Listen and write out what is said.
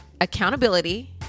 Accountability